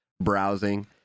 browsing